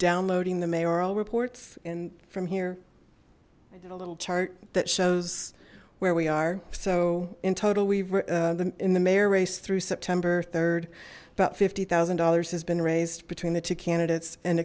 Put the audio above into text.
downloading the mayoral reports and from here a little chart that shows where we are so in total we've the in the mayor race through september rd about fifty thousand dollars has been raised between the two candidates and